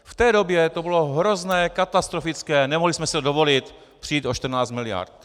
V té době to bylo hrozné, katastrofické, nemohli jsme si dovolit přijít o 14 miliard.